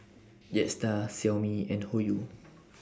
Jetstar Xiaomi and Hoyu